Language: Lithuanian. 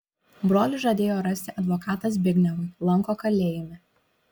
brolis žadėjo rasti advokatą zbignevui lanko kalėjime